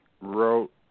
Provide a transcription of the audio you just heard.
wrote